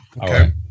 Okay